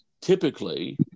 typically